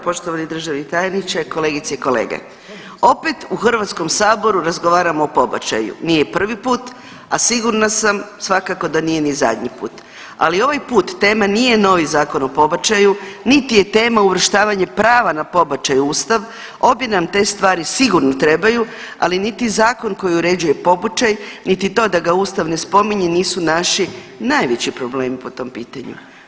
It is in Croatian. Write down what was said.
Poštovani državni tajniče, kolegice i kolege, opet u Hrvatskom saboru razgovaramo o pobačaju, nije prvi put, a sigurna sam svakako da nije ni zadnji put, ali ovaj put tema nije novi Zakon o pobačaju, niti je tema uvrštavanje prava na pobačaj u Ustav, obje nam te stvari sigurno trebaju, ali niti zakon koji uređuje pobačaj, niti toga da ga Ustav ne spominje nisu naši najveći problemi po tom pitanju.